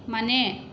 ಮನೆ